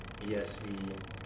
ESV